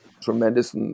tremendous